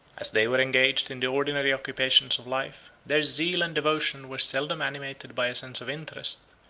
as they were engaged in the ordinary occupations of life, their zeal and devotion were seldom animated by a sense of interest,